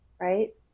Right